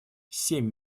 семь